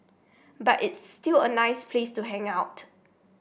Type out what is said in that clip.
but it's still a nice place to hang out